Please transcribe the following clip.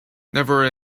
never